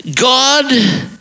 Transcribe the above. God